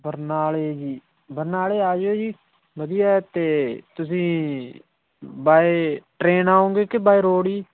ਬਰਨਾਲੇ ਜੀ ਬਰਨਾਲੇ ਆ ਜਿਓ ਜੀ ਵਧੀਆ ਅਤੇ ਤੁਸੀਂ ਬਾਏ ਟਰੇਨ ਆਉਂਗੇ ਕਿ ਬਾਏ ਰੋਡ ਜੀ